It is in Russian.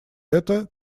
это